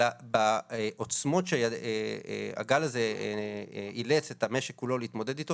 אלא בעוצמות שהגל הזה אילץ את המשק כולו להתמודד איתן,